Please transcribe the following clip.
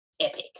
epic